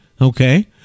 okay